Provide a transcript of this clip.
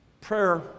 Prayer